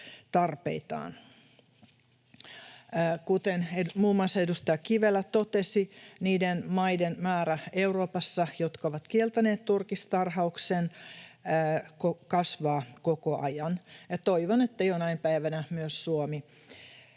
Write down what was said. Kuten muun muassa edustaja Kivelä totesi, niiden maiden määrä Euroopassa, jotka ovat kieltäneet turkistarhauksen, kasvaa koko ajan, ja toivon, että jonain päivänä myös Suomi